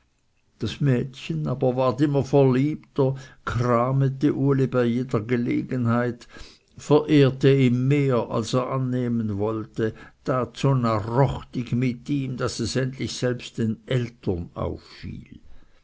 das mädchen aber ward immer verliebter kramete uli bei jeder gelegenheit verehrte ihm mehr als er annehmen wollte tat so narrochtig mit ihm daß es endlich selbst den eltern auffiel